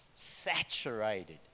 saturated